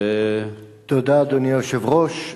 תודה, אדוני היושב-ראש.